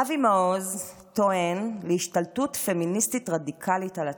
אבי מעוז טוען להשתלטות פמיניסטית רדיקלית על הצבא.